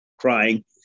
crying